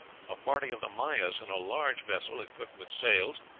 a party of the mayas in a large vessel, equipped with sails,